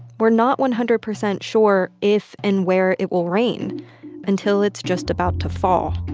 we're not one hundred percent sure if and where it will rain until it's just about to fall.